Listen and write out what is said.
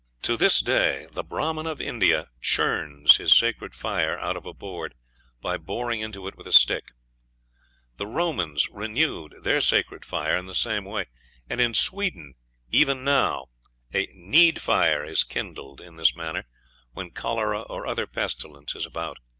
to this day the brahman of india churns his sacred fire out of a board by boring into it with a stick the romans renewed their sacred fire in the same way and in sweden even now a need-fire is kindled in this manner when cholera or other pestilence is about.